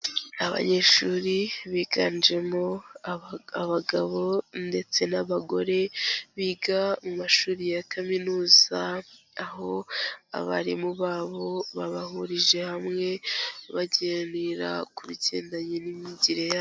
Ni abanyeshuri biganjemo abagabo ndetse n'abagore, biga mu mashuri ya kaminuza, aho abarimu babo babahurije hamwe baganira ku bigendanye n'imyigire yabo.